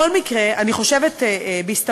תפסיקו להסית